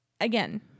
again